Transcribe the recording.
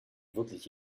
wirklich